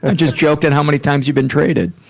ah just joked at how many times you've been traded.